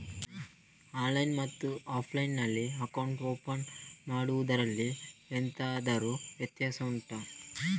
online ಮತ್ತು offline ನಲ್ಲಿ account open ಮಾಡುವುದರಲ್ಲಿ ಎಂತಾದರು ವ್ಯತ್ಯಾಸ ಉಂಟಾ